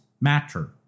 matter